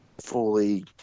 fully